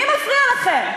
מי מפריע לכם?